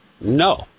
No